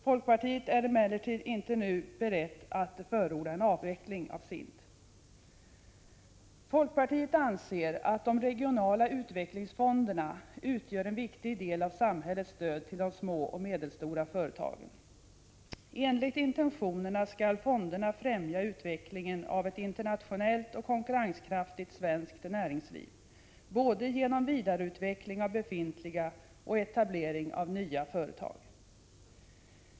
Folkpartiet är emellertid inte berett att nu förorda en avveckling av SIND. Folkpartiet anser att de regionala utvecklingsfonderna utgör en viktig del av samhällets stöd till de små och medelstora företagen. Enligt intentionerna skall fonderna främja utvecklingen av ett internationellt konkurrenskraftigt svenskt näringsliv, både genom vidareutveckling av befintliga och genom etablering av nya företag.